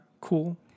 cool